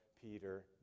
Peter